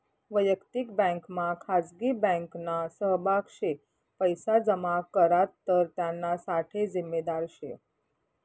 वयक्तिक बँकमा खाजगी बँकना सहभाग शे पैसा जमा करात तर त्याना साठे जिम्मेदार शे